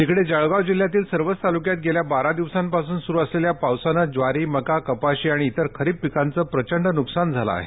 तिकडे जळगाव जिल्ह्यातील सर्वच तालुक्यात गेल्या बारा दिवसांपासुन सुरु असलेल्या पावसामुळे ज्वारी मका कपाशी आणि इतर खरीप पिकांचं प्रचंड नुकसान झाले आहे